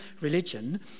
religion